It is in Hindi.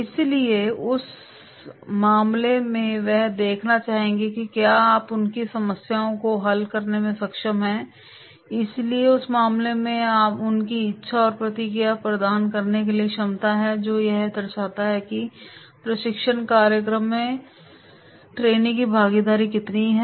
इसलिए उस मामले में वे यह देखना चाहेंगे कि क्या आप उनकी समस्याओं को हल करने में सक्षम हैं इसलिए उस मामले में उनकी इच्छा और प्रतिक्रिया प्रदान करने की क्षमता है जो यह दर्शाता है कि प्रशिक्षण कार्यक्रम में प्रशिक्षुओं की भागीदारी कितनी है